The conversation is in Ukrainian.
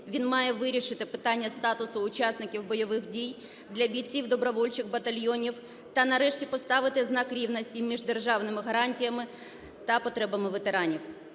він має вирішити питання статусу учасників бойових дій для бійців добровольчих батальйонів та нарешті поставити знак рівності між державними гарантіями та потребами ветеранів.